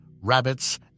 rabbits